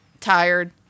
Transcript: tired